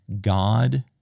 God